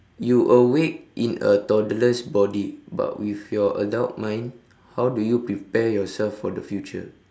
you awake in a toddler's body but with your adult mind how do you prepare yourself for the future